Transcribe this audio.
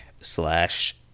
slash